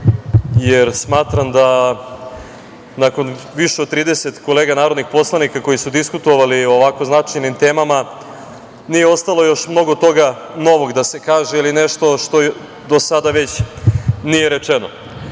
jer smatram da nakon više od 30 kolega narodnih poslanika, koji su diskutovali o ovako značajnim temama, nije ostalo još mnogo toga novog da se kaže ili nešto što do sada već nije rečeno. Mislim